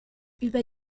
über